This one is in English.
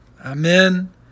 Amen